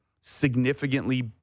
significantly